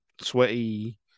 sweaty